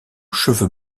cheveux